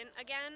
again